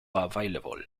available